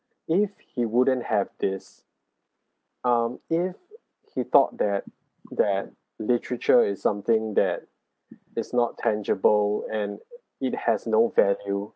if he wouldn't have this um if he thought that that literature is something that is not tangible and it has no value